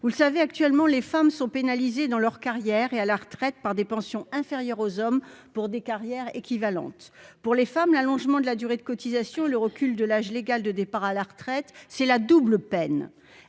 vous le savez, actuellement, les femmes sont pénalisés dans leur carrière est à la retraite par des pensions inférieures aux hommes pour des carrières équivalente pour les femmes, l'allongement de la durée de cotisation, le recul de l'âge légal de départ à la retraite, c'est la double peine,